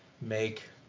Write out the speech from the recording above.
make